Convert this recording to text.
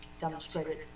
demonstrated